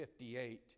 58